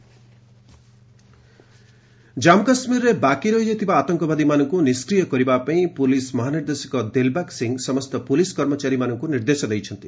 JK DGP Jammu କାଶ୍ମୀରରେ ବାକି ରହିଯାଇଥିବା ଆତଙ୍କବାଦୀମାନଙ୍କୁ ନିଷ୍କ୍ରିୟ କରିବା ପାଇଁ ପୁଲିସ୍ ମହାନିର୍ଦ୍ଦେଶକ ଦିଲବାଗ ସିଂହ ସମସ୍ତ ପୁଲିସ୍ କର୍ମଚାରୀଙ୍କୁ ନିର୍ଦ୍ଦେଶ ଦେଇଛନ୍ତି